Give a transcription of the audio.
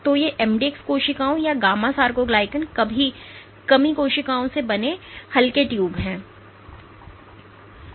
तो ये mdx कोशिकाओं या गामा सारकोग्लाइकन कमी कोशिकाओं से बने हल्के ट्यूब हैं